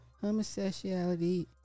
homosexuality